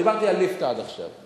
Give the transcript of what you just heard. דיברתי על ליפתא עד עכשיו,